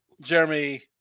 Jeremy